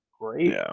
great